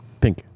pink